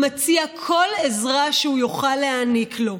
המציע כל עזרה שיוכל להעניק לו.